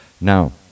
Now